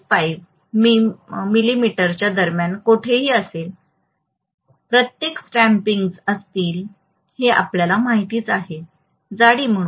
5 मिमीच्या दरम्यान कोठेही असेल प्रत्येक स्टॅम्पिंग्ज असतील हे आपल्याला माहित आहे जाडी म्हणून